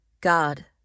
God